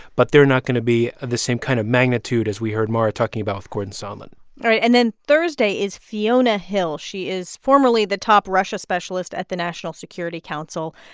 but they're not going to be the same kind of magnitude as we heard mara talking about with gordon sondland all right. and then thursday is fiona hill. she is formerly the top russia specialist at the national security council.